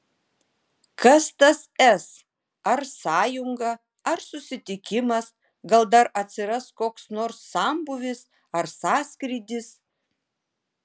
kas tas s ar sąjunga ar susitikimas gal dar atsiras koks nors sambūvis ar sąskrydis